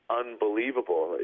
unbelievable